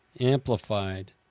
amplified